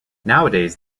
nowadays